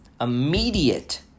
immediate